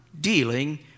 dealing